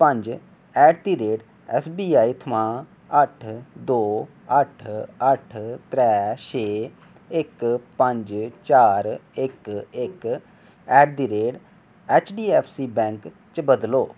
at the rate SBI थमां अट्ठ दो अट्ठ अट्ठ त्रै छे इक पंज चार इक इक ऐटदीरेट ऐचडीऐफसी बैंक च बदलो